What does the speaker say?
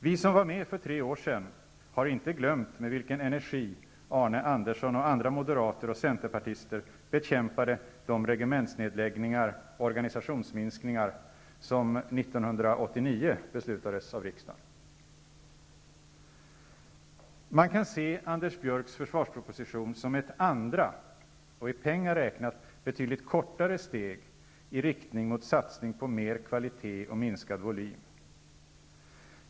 Vi som var med för tre år sedan har inte glömt med vilken energi Arne Andersson och andra moderater och centerpartister bekämpade de regementsnedläggningar och organisationsminskningar som 1989 beslutades av riksdagen. Man kan se Anders Björcks försvarsproposition som ett andra -- och i pengar räknat -- betydligt kortare steg i riktning mot en satsning på mer av kvalitet och minskad volym.